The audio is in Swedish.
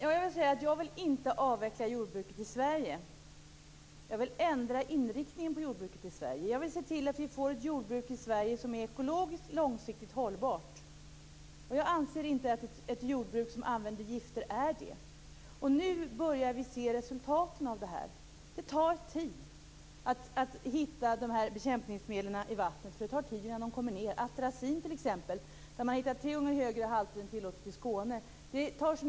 Herr talman! Jag vill inte avveckla jordbruket i Sverige. Jag vill ändra inriktningen på jordbruket i Sverige. Jag vill se till att vi får ett jordbruk i Sverige som är ekologiskt långsiktigt hållbart, vilket jag inte anser att ett jordbruk som använder gifter är. Nu börjar vi se resultaten av det här. Det tar tid att hitta bekämpningsmedlen i vattnet, för det tar tid innan de kommer ned. Man har t.ex. hittat tre gånger högre halter av atracin i Skåne än vad som är tillåtet.